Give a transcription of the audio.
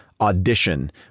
audition